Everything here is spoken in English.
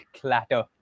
clatter